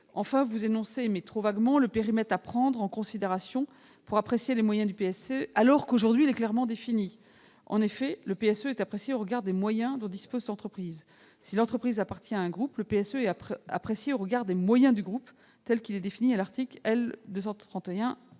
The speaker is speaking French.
Enfin, vous évoquez, mais trop vaguement, le périmètre à prendre en considération pour apprécier les moyens du PSE, alors qu'il est clairement défini. En effet, le PSE est apprécié au regard des moyens dont disposent les entreprises. Si l'entreprise appartient à un groupe, le PSE est apprécié au regard des moyens du groupe, tel qu'il est défini à l'article L.